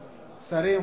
שרים,